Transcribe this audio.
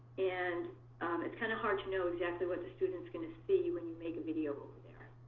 and it's kind of hard to know exactly what the students going to see when you make a video over there.